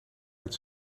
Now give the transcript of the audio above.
met